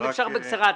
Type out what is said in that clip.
אם אפשר בקצרה.